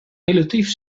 relatief